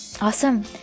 Awesome